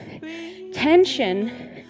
Tension